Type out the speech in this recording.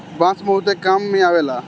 बांस बहुते काम में अवेला